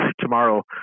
tomorrow